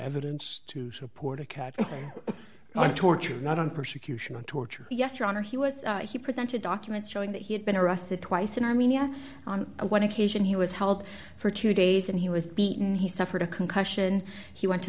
evidence to support a cap on torture not on persecution on torture yes your honor he was he presented documents showing that he had been arrested twice in armenia on one occasion he was held for two days and he was beaten he suffered a concussion he went to